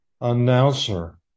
announcer